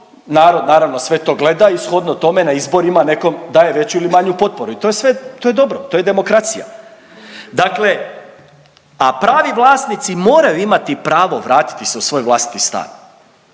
narod naravno sve to gleda i shodno tome na izborima nekom daje veću ili manju potporu. I to je sve, to je dobro, to je demokracija. Dakle, a pravi vlasnici moraju imati pravo vratiti se u svoj vlastiti stan.